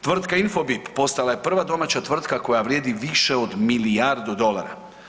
Tvrtka Infobit postala je prva domaća tvrtka koja vrijedi više od milijardu dolara.